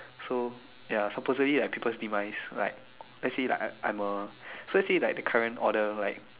so ya supposedly like people demise like let's say like I I'm a so let's say like the current order like